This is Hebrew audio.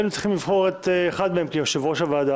היינו צריכים לבחור אחד מהם כיושב-ראש הוועדה.